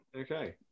okay